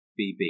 BB